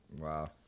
Wow